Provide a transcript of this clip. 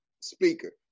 speaker